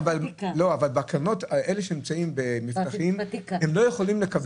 אלה שנמצאים במבטחים, הם לא יכולים לקבל.